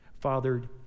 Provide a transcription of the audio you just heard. fathered